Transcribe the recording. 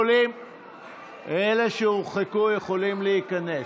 אלה שהורחקו יכולים להיכנס.